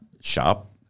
shop